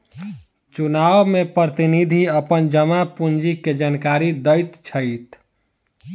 चुनाव में प्रतिनिधि अपन जमा पूंजी के जानकारी दैत छैथ